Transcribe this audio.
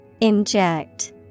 Inject